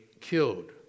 killed